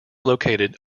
located